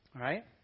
right